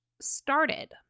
started